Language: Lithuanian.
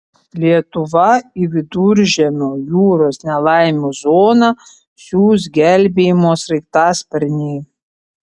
lietuva į viduržemio jūros nelaimių zoną siųs gelbėjimo sraigtasparnį